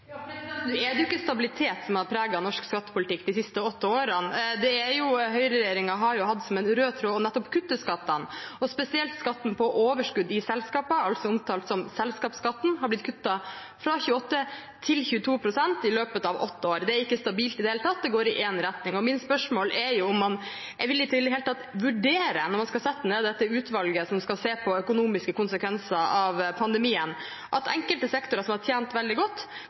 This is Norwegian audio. Nå er det ikke stabilitet som har preget norsk skattepolitikk de siste åtte år. Høyreregjeringen har jo hatt som en rød tråd nettopp å kutte skattene. Spesielt skatten på overskudd i selskapene, også omtalt som selskapsskatten, har blitt kuttet fra 28 pst. til 22 pst. i løpet av åtte år. Det er ikke stabilt i det hele tatt – det går i én retning. Mitt spørsmål er om man er villig til i det hele tatt å vurdere, når man skal sette ned dette utvalget som skal se på økonomiske konsekvenser av pandemien, at enkelte sektorer som har tjent veldig godt,